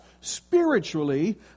spiritually